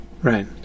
Right